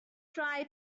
try